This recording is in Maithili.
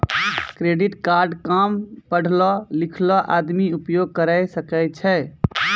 क्रेडिट कार्ड काम पढलो लिखलो आदमी उपयोग करे सकय छै?